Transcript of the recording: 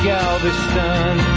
Galveston